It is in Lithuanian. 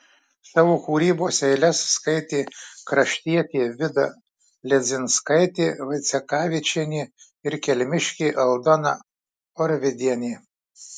savo kūrybos eiles skaitė kraštietė vida ledzinskaitė vaicekavičienė ir kelmiškė aldona orvidienė